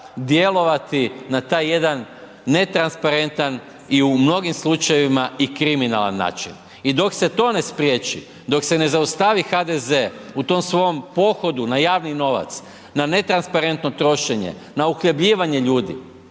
djelovati na taj jedan netransparentan i u mnogim slučajevima i kriminalan način i dok se to ne spriječi, dok se ne zaustavi HDZ u tom svom pohodu na javni novac, na netransparentno trošenje, na uhljebljivanje ljudi,